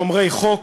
שומרי חוק,